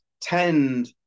tend